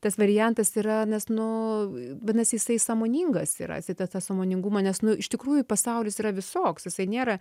tas variantas yra nes nu vadinasi jisai sąmoningas yra jisai tą tą sąmoningumą nes nu iš tikrųjų pasaulis yra visoks visai nėra